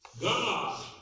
God